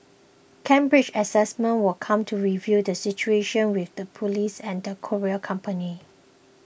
Cambridge Assessment will continue to review the situation with the police and the courier company